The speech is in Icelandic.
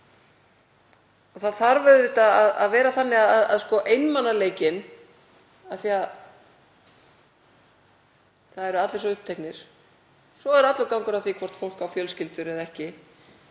Það þarf auðvitað að vera þannig vegna einmanaleika — af því að það eru allir svo uppteknir, svo er allur gangur á því hvort fólk á fjölskyldur eða ekki,